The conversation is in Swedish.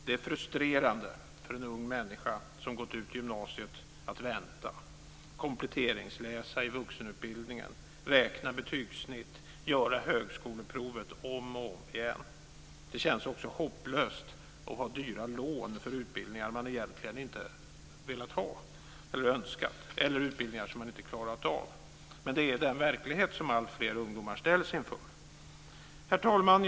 Det är frustrerande för en ung människa som gått ut gymnasiet att vänta, kompletteringsläsa i vuxenutbildningen, räkna betygssnitt, göra högskoleprovet om och om igen. Det känns också hopplöst att ha dyra lån för utbildningar man egentligen inte velat ha eller önskat eller utbildningar som man inte klarat av. Men det är den verklighet som alltfler ungdomar ställs inför. Herr talman!